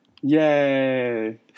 Yay